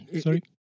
Sorry